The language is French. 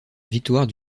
victoire